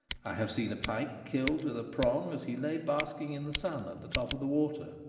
i have seen a pike killed with a prong as he lay basking in the sun at the top of the water.